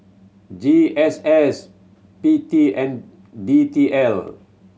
G S S P T and D T L